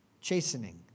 chastening